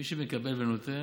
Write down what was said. מי שמקבל ונותן,